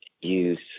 use